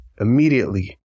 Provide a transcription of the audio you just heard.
immediately